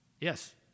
yes